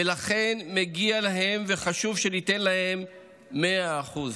ולכן מגיע להם וחשוב שניתן להם מאה אחוז,